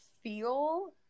feel